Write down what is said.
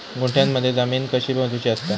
गुंठयामध्ये जमीन कशी मोजूची असता?